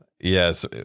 Yes